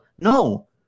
No